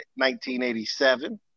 1987